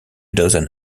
dozen